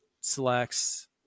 selects